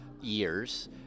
years